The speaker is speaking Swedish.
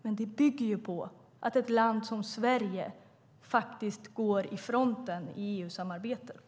Men det bygger på att ett land som Sverige faktiskt går i fronten i EU-samarbetet.